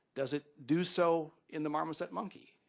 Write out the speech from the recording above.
does it do so in the marmoset monkey?